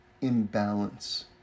imbalance